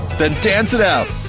then dance it out!